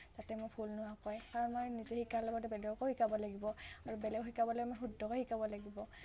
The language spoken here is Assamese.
যাতে মোৰ ভুল নোহোৱাকৈ কাৰণ মই নিজে শিকাৰ লগতে বেলেগকো শিকাব লাগিব আৰু বেলগক শিকাবলৈ গৈ মই শুদ্ধকৈ শিকাব লাগিব